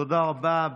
תודה רבה.